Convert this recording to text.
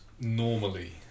normally